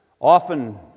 often